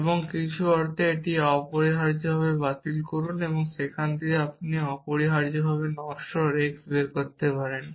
এবং কিছু অর্থে এটি অপরিহার্যভাবে বাতিল করুন এবং সেখান থেকে আপনি অপরিহার্যভাবে নশ্বর x বের করতে পারেন